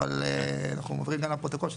אבל אני מסביר גם לפרוטוקול.